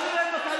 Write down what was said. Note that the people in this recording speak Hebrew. לא.